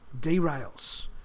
derails